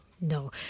no